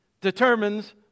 determines